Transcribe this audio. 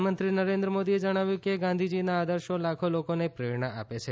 પ્રધાનમંત્રી નરેન્દ્ર મોદીએ જણાવ્યું કે ગાંધીજીના આદર્શો લાખો લોકોને પ્રેરણા આપે છે